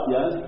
Yes